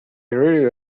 really